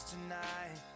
Tonight